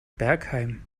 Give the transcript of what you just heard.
bergheim